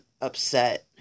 upset